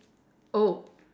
oh